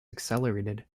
accelerated